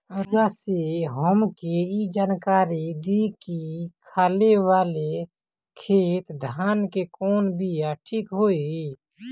रउआ से हमके ई जानकारी देई की खाले वाले खेत धान के कवन बीया ठीक होई?